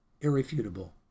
Irrefutable